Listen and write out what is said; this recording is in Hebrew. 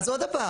אז עוד פעם,